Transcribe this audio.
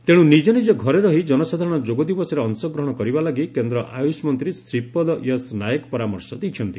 ତେଣୁ ନିଜ ନିଜ ଘରେ ରହି ଜନସାଧାରଣ ଯୋଗ ଦିବସରେ ଅଂଶ ଗ୍ରହଣ କରିବା ଲାଗି କେନ୍ଦ୍ର ଆୟୁଷ ମନ୍ତ୍ରୀ ଶ୍ରୀପଦ ୟଶ ନାୟକ ପରାମର୍ଶ ଦେଇଛନ୍ତି